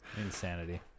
insanity